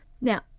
Now